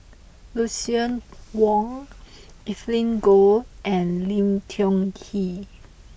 Lucien Wang Evelyn Goh and Lim Tiong Ghee